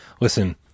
Listen